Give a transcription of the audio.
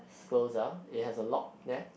it's close ah it has a lock there